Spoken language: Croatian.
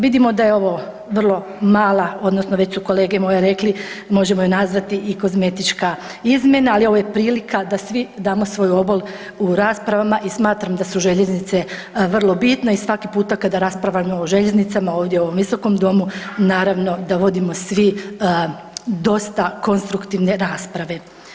Vidimo da je ovo vrlo mala odnosno već su kolege moje rekli možemo je nazvati i kozmetička izmjena, ali ovo je prilika da svi damo svoj obol u raspravama i smatram da su željeznice vrlo bitne i svaki puta kada raspravljamo o željeznicama ovdje u ovom visokom domu naravno da vodimo svi dosta konstruktivne rasprave.